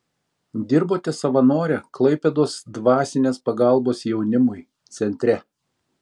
dirbote savanore klaipėdos dvasinės pagalbos jaunimui centre